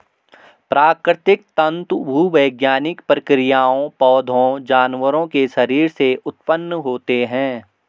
प्राकृतिक तंतु भूवैज्ञानिक प्रक्रियाओं, पौधों, जानवरों के शरीर से उत्पन्न होते हैं